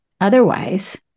otherwise